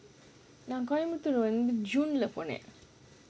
ya நான் Coimbatore coimbatore june leh போனேன்:ponaen